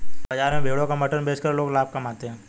बाजार में भेड़ों का मटन बेचकर लोग लाभ कमाते है